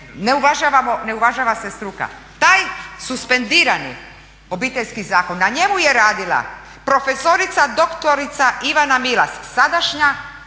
ne uvažava se struka. Taj suspendirani Obiteljski zakon, na njemu je radila prof.dr. Ivana Milas, sadašnja